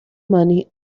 money